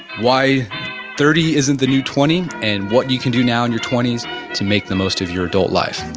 why thirty isn't the new twenty and what you can do now in your twenty s to make the most of your adult life.